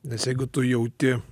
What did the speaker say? nes jeigu tu jauti